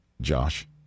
Josh